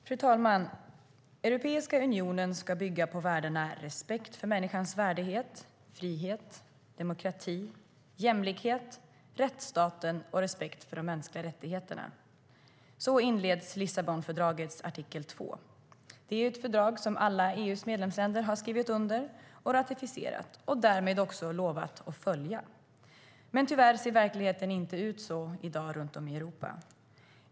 Fru talman! "Unionen ska bygga på värdena respekt för människans värdighet, frihet, demokrati, jämlikhet, rättsstaten och respekt för de mänskliga rättigheterna." Så inleds Lissabonfördragets artikel 2. Det är ett fördrag som alla EU:s medlemsländer har skrivit under och ratificerat och därmed också lovat att följa. Tyvärr ser verkligheten inte ut så i dag runt om i Europa.